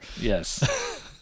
Yes